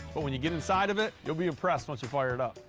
but when you get inside of it, you'll be impressed once you fire it up.